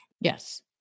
Yes